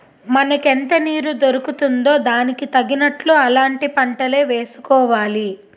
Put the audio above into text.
మనకెంత నీరు దొరుకుతుందో దానికి తగినట్లు అలాంటి పంటలే వేసుకోవాలి